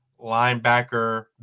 linebacker